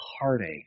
heartache